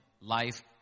life